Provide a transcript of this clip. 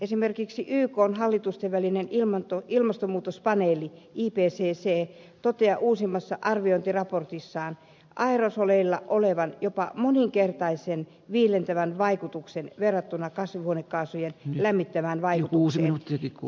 esimerkiksi ykn hallitusten välinen ilmastomuutospaneeli ipcc toteaa uusimmassa arviointiraportissaan aerosoleilla olevan jopa moninkertainen viilentävä vaikutus verrattuna kasvihuonekaasujen lämmittävään vaikutukseen